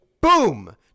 Boom